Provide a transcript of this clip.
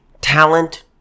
talent